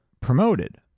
promoted